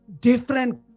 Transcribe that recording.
different